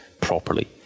properly